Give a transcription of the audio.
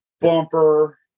bumper